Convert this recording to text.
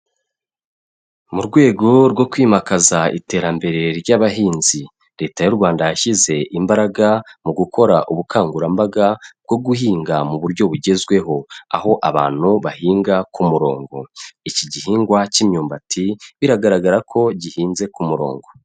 Mu rwego rwo kwimakaza iterambere ry'abahinzi. Leta y'u Rwanda yashyize imbaraga mu gukora ubukangurambaga bwo guhinga mu buryo bugezweho. Aho abantu bahinga ku murongo. Iki gihingwa cy'imyumbati biragaragara ko gihinze ku murongo.